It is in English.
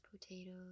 potatoes